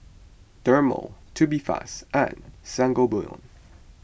Dermale Tubifast and Sangobion